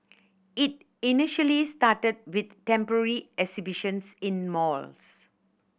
it initially started with temporary exhibitions in malls